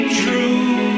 true